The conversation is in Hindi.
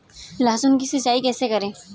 लहसुन की सिंचाई कैसे करें?